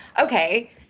okay